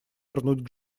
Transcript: вернуть